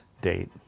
date